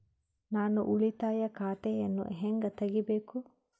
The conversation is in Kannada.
ನಾನು ಉಳಿತಾಯ ಖಾತೆಯನ್ನು ಹೆಂಗ್ ತಗಿಬೇಕು?